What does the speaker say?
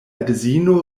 edzino